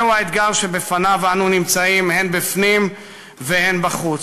זהו האתגר שבפניו אנו נמצאים, הן בפנים והן בחוץ,